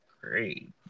great